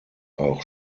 auch